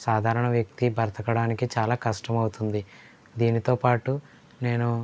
సాధారణ వ్యక్తి బ్రతకడానికి చాలా కష్టమవుతుంది దీనితోపాటు నేను